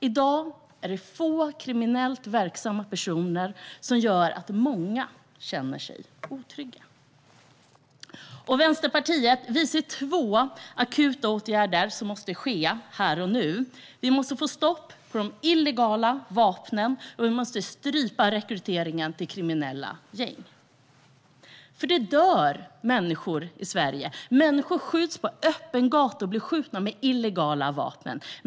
I dag handlar det om få kriminellt verksamma personer, men de gör att många känner sig otrygga. Vänsterpartiet ser två akuta åtgärder som måste vidtas här och nu: Vi måste få stopp på de illegala vapnen, och vi måste strypa rekryteringen till kriminella gäng. Det dör människor i Sverige. Människor skjuts på öppen gata och blir skjutna med illegala vapen.